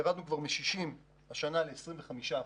ירדנו השנה מ-60% ל-25%,